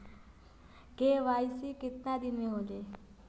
KYC कितना दिन में होले?